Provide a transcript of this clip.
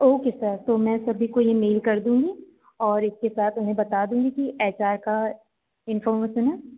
okay sir तो मैं सभी को यह मेल कर दूंगी और इसके साथ उन्हें बता दूंगी कि ऐसा ऐसा इन्फॉर्मेसन है